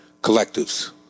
collectives